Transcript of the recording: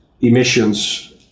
emissions